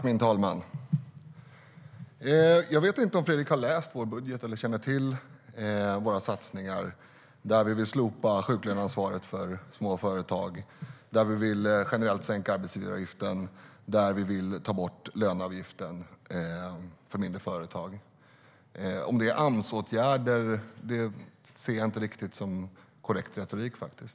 Min talman! Jag vet inte om Fredrik har läst vår budget eller känner till våra satsningar där vi vill slopa sjuklöneansvaret för småföretag, där vi generellt vill sänka arbetsgivaravgiften och där vi vill ta bort löneavgiften för mindre företag. Att säga att det är Amsåtgärder ser jag inte riktigt som korrekt retorik.